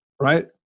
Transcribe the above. right